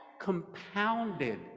compounded